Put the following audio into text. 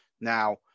Now